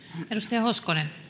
arvoisa